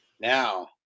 Now